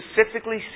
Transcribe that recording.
specifically